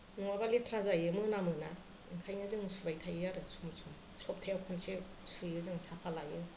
नङाबा लेथ्रा जायो मोनामो ना ओंखायनो जों सुबाय थायो आरो सम सम सप्थायाव खनसे सुयो जों साफा लायो